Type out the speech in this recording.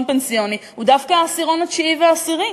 פנסיוני הוא דווקא העשירון התשיעי והעשירי,